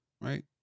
right